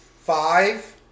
Five